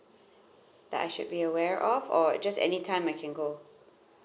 that I should be aware of or just anytime I can go